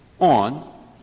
on